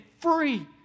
free